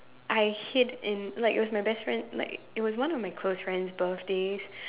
I hid in like it was my best friend like it was one of my close friends' birthdays